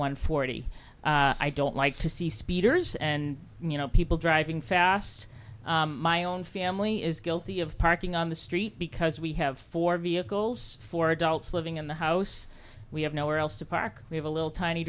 one forty i don't like to see speeders and you know people driving fast my own family is guilty of parking on the street because we have four vehicles four adults living in the house we have nowhere else to park we have a little tiny